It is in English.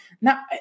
Now